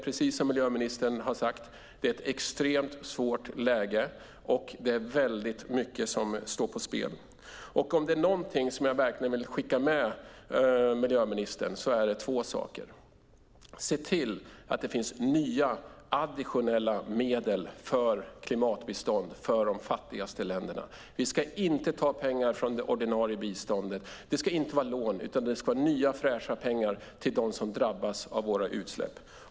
Precis som miljöministern har sagt är det ett extremt svårt läge. Det är väldigt mycket som står på spel. Om det är något som jag verkligen vill skicka med miljöministern är det två saker. Se till att det finns nya, additionella medel för klimatbistånd för de fattigaste länderna. Vi ska inte ta pengar från det ordinarie biståndet. Det ska inte vara lån, utan det ska vara nya, fräscha pengar till dem som drabbas av våra utsläpp.